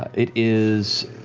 it is